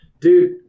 dude